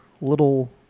little